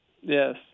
Yes